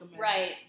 Right